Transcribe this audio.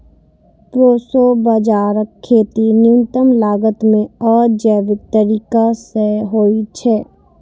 proso बाजाराक खेती न्यूनतम लागत मे आ जैविक तरीका सं होइ छै